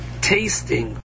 tasting